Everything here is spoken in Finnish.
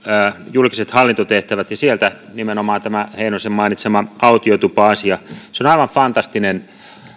julkiset hallintotehtävät ja sieltä nimenomaan tämä heinosen mainitsema autiotupa asia se on aivan fantastinen